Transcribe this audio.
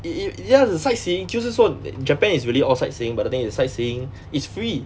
y~ y~ ya it's sightseeing 就是说 japan is really all sightseeing but the thing is sightseeing is free